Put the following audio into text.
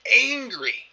angry